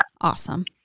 Awesome